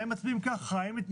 האם מתנהגים ככה?